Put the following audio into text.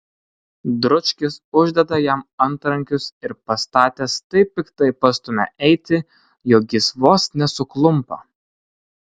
dručkis uždeda jam antrankius ir pastatęs taip piktai pastumia eiti jog jis vos nesuklumpa